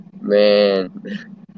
Man